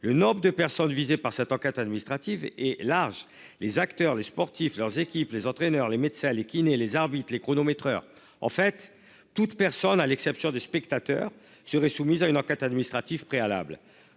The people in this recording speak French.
le nombre de personnes visées par cette enquête administrative et large les acteurs, les sportifs, leurs équipes, les entraîneurs, les médecins, les kinés, les arbitres les chronométreurs en fait toute personne à l'exception des spectateurs serait soumise à une enquête administrative préalable